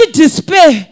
despair